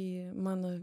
į mano